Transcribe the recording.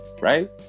right